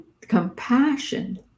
compassion